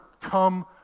come